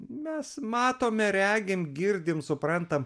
mes matome regim girdim suprantam